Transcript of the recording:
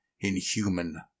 inhuman